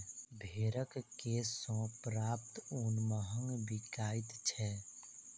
भेंड़क केश सॅ प्राप्त ऊन महग बिकाइत छै